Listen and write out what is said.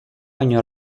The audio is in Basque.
baino